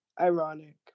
ironic